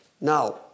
Now